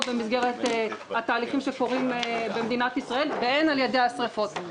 במסגרת התהליכים שקורים במדינת ישראל והן על-ידי השרפות.